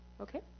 Okay